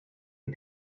you